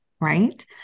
Right